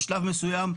בשלב מסוים,